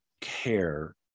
care